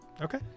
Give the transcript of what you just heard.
Okay